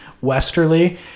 Westerly